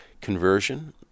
conversion